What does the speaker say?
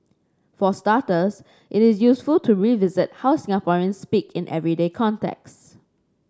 for starters it is useful to revisit how Singaporeans speak in everyday contexts